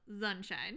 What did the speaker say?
sunshine